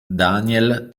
daniel